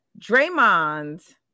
Draymond